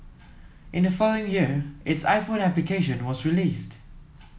in the following year its iPhone application was released